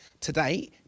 Today